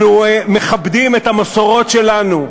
אנחנו מכבדים את המסורות שלנו,